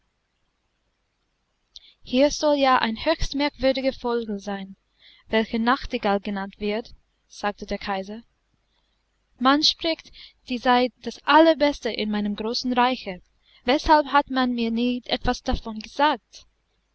hier soll ja ein höchst merkwürdiger vogel sein welcher nachtigall genannt wird sagte der kaiser man spricht dies sei das allerbeste in meinem großen reiche weshalb hat man mir nie etwas davon gesagt